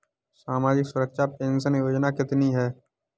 सामाजिक सुरक्षा पेंशन योजना कितनी हैं?